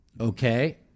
Okay